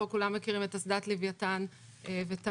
כולם מכירים את אסדת לוויתן ותמר.